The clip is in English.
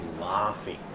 laughing